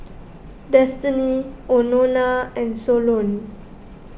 Destiny Anona and Solon